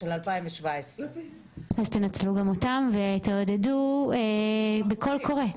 של 2017. אז תנצלו גם אותם ותעודדו בקול קורא.